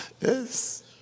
yes